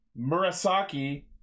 Murasaki